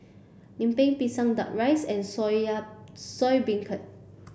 Lemper Pisang duck rice and Soya Beancurd